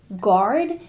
guard